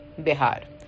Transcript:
Bihar